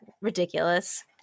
ridiculous